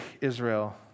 Israel